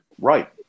Right